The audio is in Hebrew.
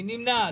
מי נמנע?